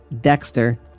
Dexter